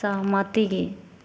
सहमति